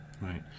right